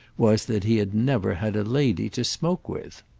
was that he had never had a lady to smoke with.